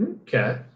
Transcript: okay